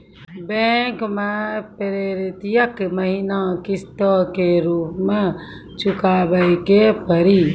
Bank मैं प्रेतियेक महीना किस्तो के रूप मे चुकाबै के पड़ी?